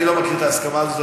אני לא מכיר את ההסכמה הזאת,